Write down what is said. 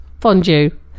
Fondue